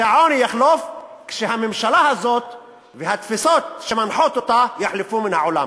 שהעוני יחלוף כשהממשלה הזאת והתפיסות שמנחות אותה יחלפו מן העולם.